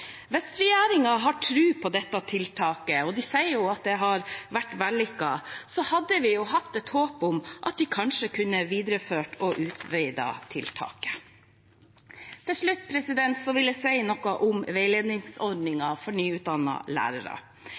Hvis regjeringen har tro på dette tiltaket – og de sier jo at det har vært vellykket – hadde vi hatt et håp om at de kanskje kunne videreført og utvidet tiltaket. Til slutt vil jeg si noe om veiledningsordningen for nyutdannede lærere.